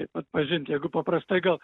kaip atpažint jeigu paprastai gal